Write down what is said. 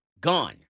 Gone